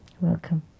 welcome